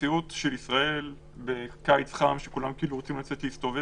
במציאות של ישראל בקיץ חם שכולם רוצים לצאת להסתובב,